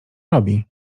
robi